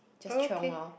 okay